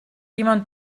jemand